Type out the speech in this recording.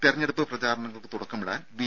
തെരഞ്ഞെടുപ്പ് പ്രചാരണങ്ങൾക്ക് തുടക്കമിടാൻ ബി